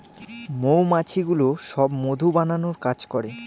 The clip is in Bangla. মৌমাছিগুলো সব মধু বানানোর কাজ করে